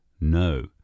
no